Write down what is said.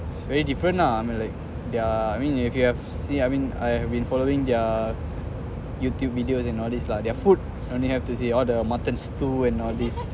it's very different lah and like their I mean if you have see I mean I have been following their youtube videos and all these it's like their food and you have to see all the mutton stew and all these